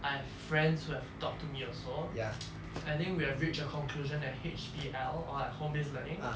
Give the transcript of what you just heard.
I have friends who have talked to me also I think we have reached a conclusion that H_B_L or home based learning